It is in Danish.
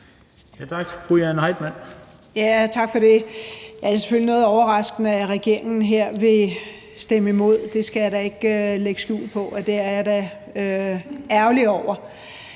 Tak for det. Det er selvfølgelig noget overraskende, at regeringen vil stemme imod det her; det skal jeg da ikke lægge skjul på at jeg er ærgerlig over.